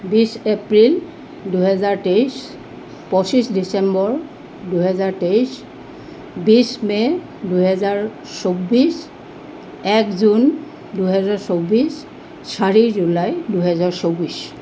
বিছ এপ্ৰিল দুহেজাৰ তেইছ পঁচিছ ডিচেম্বৰ দুহেজাৰ তেইছ বিছ মে' দুহেজাৰ চৌব্বিছ এক জুন দুহেজাৰ চৌব্বিছ চাৰি জুলাই দুহেজাৰ চৌব্বিছ